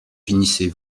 finissez